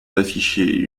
d’afficher